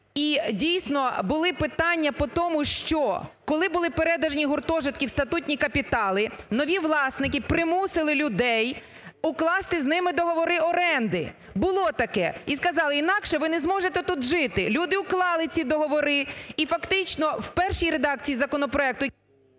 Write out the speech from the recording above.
І, дійсно, були питання по тому, що коли були передані гуртожитки в статутні капітали. нові власники примусили людей укласти з ними договори оренди, було таке. І сказали: "Інакше ви не зможете тут жити". Люди уклали ці договори. І фактично в першій редакції законопроекту…